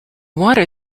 water